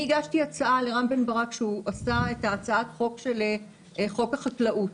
אני הגשתי הצעה לרם בן ברק שהוא עשה את הצעת החוק של חוק החקלאות,